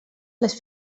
les